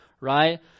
right